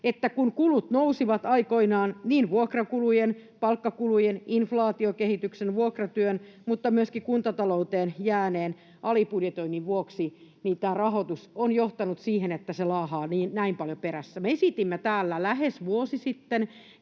kun kulut nousivat aikoinaan niin vuokrakulujen, palkkakulujen, inflaatiokehityksen, vuokratyön, mutta myöskin kuntatalouteen jääneen alibudjetoinnin vuoksi, niin tämä rahoitus on johtanut siihen, että se laahaa näin paljon perässä. Me SDP:stä esitimme täällä lähes vuosi sitten